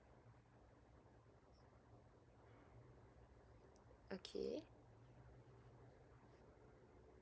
okay